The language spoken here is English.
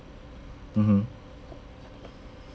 mmhmm